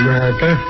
America